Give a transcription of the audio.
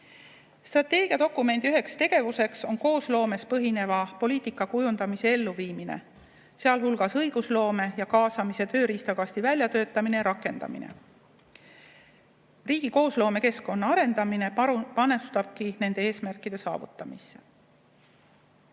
Strateegiadokumendi üheks tegevuseks on koosloomel põhineva poliitika kujundamine ja elluviimine, sealhulgas õigusloome ja kaasamise tööriistakasti väljatöötamine ja rakendamine. Riigi koosloomekeskkonna arendamine panustabki nende eesmärkide saavutamisse.